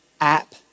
app